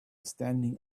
standing